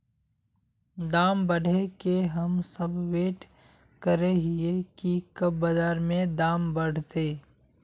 दाम बढ़े के हम सब वैट करे हिये की कब बाजार में दाम बढ़ते?